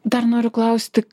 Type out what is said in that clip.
dar noriu klausti